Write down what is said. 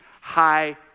high